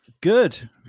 good